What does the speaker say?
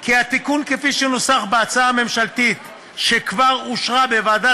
כי התיקון כפי שהוא נוסח בהצעה הממשלתית שכבר אושרה בוועדת